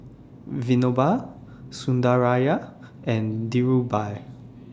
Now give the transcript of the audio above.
Vinoba Sundaraiah and Dhirubhai